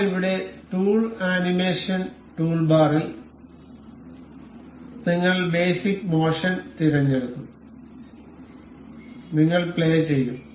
ഇപ്പോൾ ഇവിടെ tool animation ടൂൾബാറിൽ നിങ്ങൾ ബേസിക് മോഷൻ തിരഞ്ഞെടുക്കും നിങ്ങൾ പ്ലേ ചെയ്യും